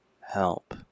help